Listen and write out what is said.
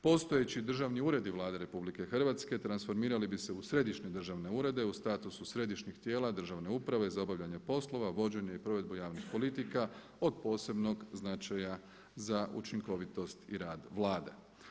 Postojeći državni uredi Vlade Republike Hrvatske transformirali bi se u središnje državne urede u statusu središnjih tijela državne uprave za obavljanje poslova, vođenje i provedbu javnih politika od posebnog značaja za učinkovitost i rad Vlade.